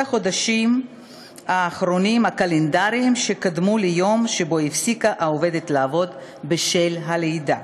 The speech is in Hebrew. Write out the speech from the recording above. החודשים הקלנדריים שקדמו ליום שבו הפסיקה העובדת לעבוד בשל הלידה.